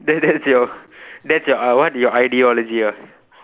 that that's your that's your uh what your ideology ah